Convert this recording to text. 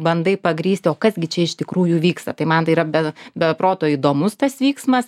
bandai pagrįsti o kas gi čia iš tikrųjų vyksta tai man tai yra be be proto įdomus tas vyksmas